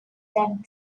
that